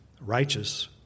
righteous